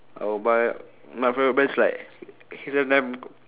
I will buy my favourite brands like H&M